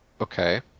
okay